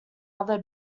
other